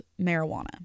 marijuana